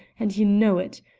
and you know it.